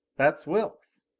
that's wilks!